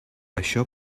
això